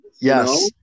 Yes